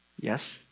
Yes